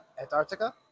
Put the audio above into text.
Antarctica